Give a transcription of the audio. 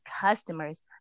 customers